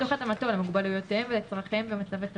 תוך התאמתו למוגבלויותיהם וצרכיהם במצבי חירום,